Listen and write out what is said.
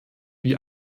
wie